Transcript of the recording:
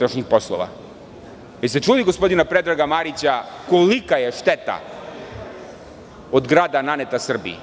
Da li ste čuli gospodina Predraga Marića kolika je šteta od grada naneta Srbiji.